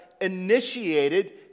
initiated